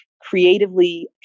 creatively